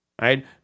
right